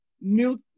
new